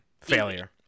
failure